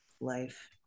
life